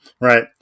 Right